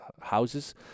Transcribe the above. houses